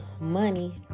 money